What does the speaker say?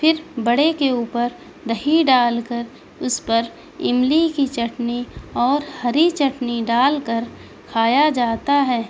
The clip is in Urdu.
پھر بڑے کے اوپر دہی ڈال کر اس پر املی کی چٹنی اور ہری چٹنی ڈال کر کھایا جاتا ہے